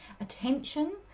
attention